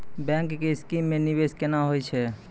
Bank के scheme मे निवेश केना होय छै?